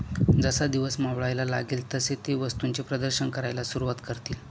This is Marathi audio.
जसा दिवस मावळायला लागेल तसे ते वस्तूंचे प्रदर्शन करायला सुरुवात करतील